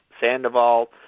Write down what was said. Sandoval